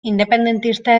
independentista